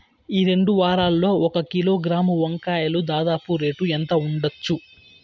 ఈ రెండు వారాల్లో ఒక కిలోగ్రాము వంకాయలు దాదాపు రేటు ఎంత ఉండచ్చు?